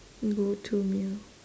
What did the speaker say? go to meal